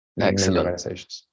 Excellent